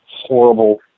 horrible